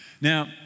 Now